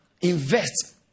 Invest